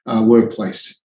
workplace